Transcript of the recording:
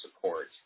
support